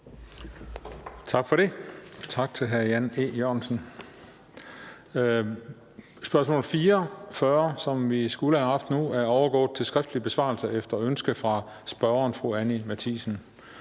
Tak for det. Og tak til hr. Jan E. Jørgensen. Spørgsmål 44, som vi skulle have haft nu, er overgået til skriftlig besvarelse efter ønske fra spørgeren, fru Anni Matthiesen.